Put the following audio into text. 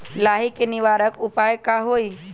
लाही के निवारक उपाय का होई?